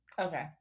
okay